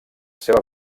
seva